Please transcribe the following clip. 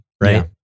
right